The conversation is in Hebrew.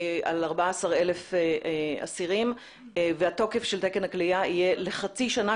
על 14,000 אסירים והתוקף של תקן הכליאה יהיה לחצי שנה,